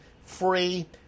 free